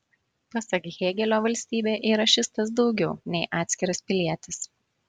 pasak hėgelio valstybė yra šis tas daugiau nei atskiras pilietis